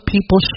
people